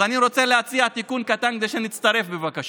אז אני רוצה להציע תיקון קטן כדי שנצטרף, בבקשה.